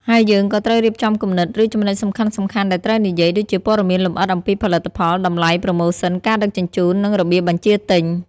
ហើយយើងក៏ត្រូវរៀបចំគំនិត ឬចំណុចសំខាន់ៗដែលត្រូវនិយាយ ដូចជាព័ត៌មានលម្អិតអំពីផលិតផល តម្លៃ ប្រម៉ូសិន ការដឹកជញ្ជូន និងរបៀបបញ្ជាទិញ។